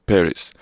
Paris